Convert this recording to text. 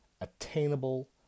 Attainable